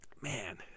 Man